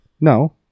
No